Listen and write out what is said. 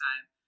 time